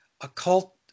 occult